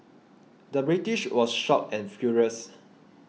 the British was shocked and furious